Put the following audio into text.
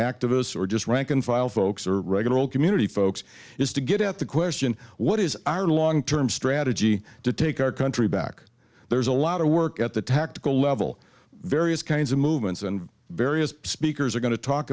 activists or just rank and file folks or regular old community folks is to get at the question what is our long term strategy to take our country back there's a lot of work at the tactical level various kinds of movements and various speakers are going to talk